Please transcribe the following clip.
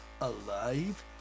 alive